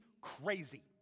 crazy